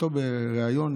אשתו בריאיון,